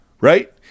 right